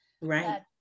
Right